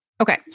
Okay